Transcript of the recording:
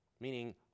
Meaning